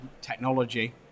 technology